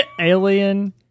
Alien